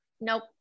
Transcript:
Nope